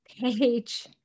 page